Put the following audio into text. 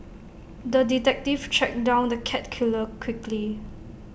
the detective tracked down the cat killer quickly